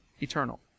eternal